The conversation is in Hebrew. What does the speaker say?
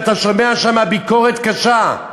ואתה שומע שם ביקורת קשה.